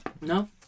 No